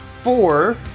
Four